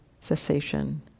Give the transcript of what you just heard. cessation